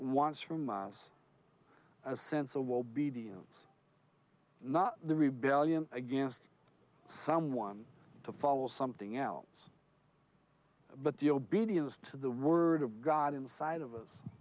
wants from us a sense of obedience not the rebellion against someone to follow something else but the obedience to the word of god inside of us